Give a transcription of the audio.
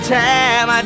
time